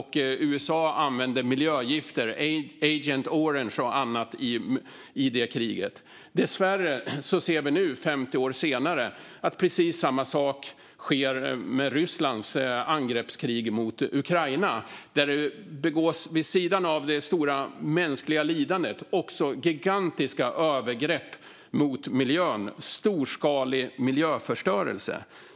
USA använde miljögifter som Agent Orange och annat i det kriget. Dessvärre ser vi nu, 50 år senare, att precis samma sak sker i Rysslands angreppskrig mot Ukraina, där det vid sidan av det stora mänskliga lidandet också begås gigantiska övergrepp på miljön - storskalig miljöförstörelse.